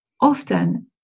often